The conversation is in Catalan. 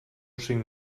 cinc